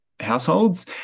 households